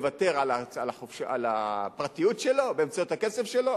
לוותר על הפרטיות שלו באמצעות הכסף שלו,